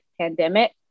pandemic